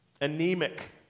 anemic